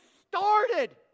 started